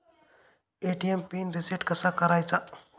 ATM pin reset कसा करायचा?